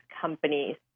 companies